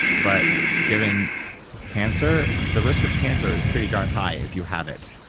but given cancer, the risk of cancer is pretty darn high if you have it.